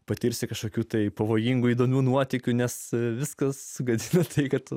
patirsi kažkokių tai pavojingų įdomių nuotykių nes viskas gatve tai kad